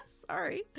sorry